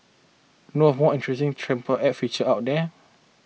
know of more interesting transport app features out there